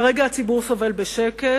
כרגע הציבור סובל בשקט,